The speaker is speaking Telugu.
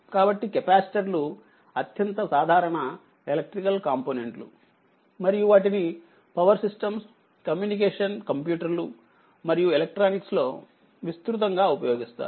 కాబట్టికెపాసిటర్లు అత్యంత సాధారణ ఎలక్ట్రికల్ కాంపోనెంట్లు మరియు వాటిని పవర్ సిస్టమ్స్ కమ్యూనికేషన్ కంప్యూటర్లు మరియు ఎలక్ట్రానిక్స్ లో విస్తృతంగా ఉపయోగిస్తారు